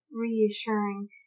reassuring